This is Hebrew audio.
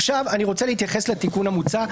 עכשיו אני רוצה להתייחס לתיקון המוצע.